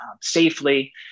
safely